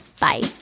Bye